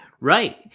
Right